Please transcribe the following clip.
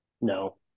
No